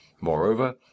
Moreover